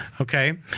Okay